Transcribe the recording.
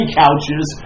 couches